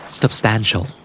Substantial